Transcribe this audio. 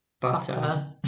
butter